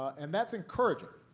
and that's encouraging.